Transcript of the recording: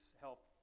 help